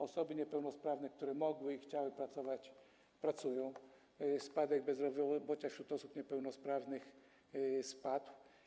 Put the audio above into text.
Osoby niepełnosprawne, które mogły i chciały pracować, pracują, poziom bezrobocia wśród osób niepełnosprawnych spadł.